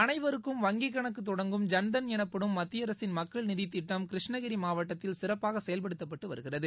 அனைவருக்கும் வங்கிக் கணக்குதொடங்கும் ஜன்தன் எனப்படும் மத்திய அரசின் மக்கள் நிதித்திட்டம் கிருஷ்ணகிரிமாவட்டத்தில் சிறப்பாகசெயல்படுத்தப்பட்டுவருகிறது